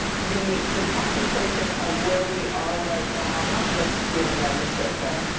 the the contemplation of where we are right now. not just here in nova scotia.